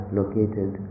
located